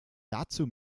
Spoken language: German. dazu